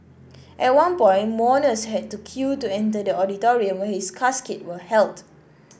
at one point mourners had to queue to enter the auditorium where his casket was held